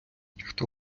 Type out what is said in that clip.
хто